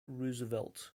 roosevelt